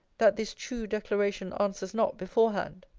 that this true declaration answers not before-hand?